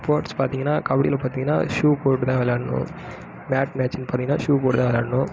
sports பார்த்தீங்கனா கபடியில் பார்த்தீங்கனா ஷூ போட்டுதான் விளாட்ணும் மேட்ச்சிங் பண்ணிதான் ஷூ போட்டுதான் விளாட்ணும்